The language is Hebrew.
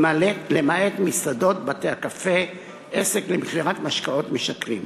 למעט מסעדות, בתי-קפה, עסק למכירת משקאות משכרים,